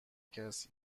کسی